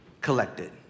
collected